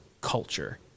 culture